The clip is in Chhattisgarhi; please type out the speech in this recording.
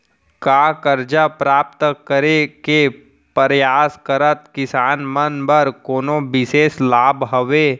का करजा प्राप्त करे के परयास करत किसान मन बर कोनो बिशेष लाभ हवे?